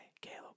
Caleb